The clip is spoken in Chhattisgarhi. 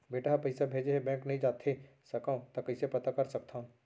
बेटा ह पइसा भेजे हे बैंक नई जाथे सकंव त कइसे पता कर सकथव?